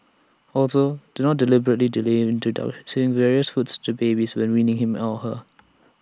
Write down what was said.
also do not deliberately delay introducing various foods to babies when weaning him or her